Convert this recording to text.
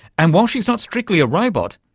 and while she's not strictly a robot,